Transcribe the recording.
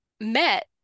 met